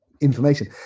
information